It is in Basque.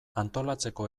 antolatzeko